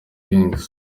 gangz